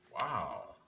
Wow